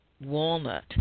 walnut